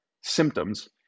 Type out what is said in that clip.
symptoms